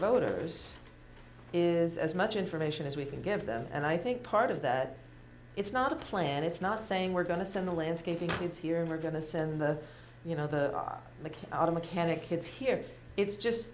voters is as much information as we can give them and i think part of that it's not a plan it's not saying we're going to send the landscaping kids here we're going to send the you know the out of mechanic kids here it's just